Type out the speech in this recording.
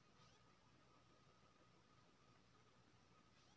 पटवन के कतेक दिन के बाद केना सब खाद छिटबै?